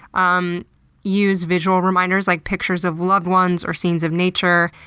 um use visual reminders like pictures of loved ones or scenes of nature,